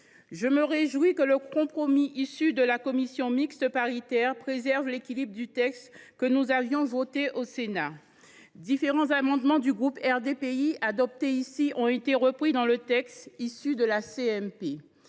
Je me réjouis que le compromis issu de la commission mixte paritaire préserve l’équilibre du texte que nous avions voté au Sénat. Différents amendements du groupe RDPI adoptés ici ont été repris dans le texte issu de la